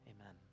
Amen